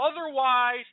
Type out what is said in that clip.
Otherwise